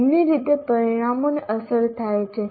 બંને રીતે પરિણામોને અસર થાય છે